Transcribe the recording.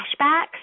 flashbacks